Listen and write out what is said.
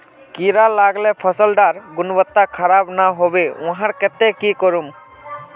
कीड़ा लगाले फसल डार गुणवत्ता खराब ना होबे वहार केते की करूम?